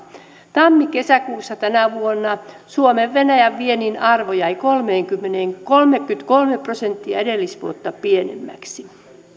tammi kesäkuussa tänä vuonna suomen venäjän viennin arvo jäi kolmekymmentäkolme kolmekymmentäkolme prosenttia edellisvuotta pienemmäksi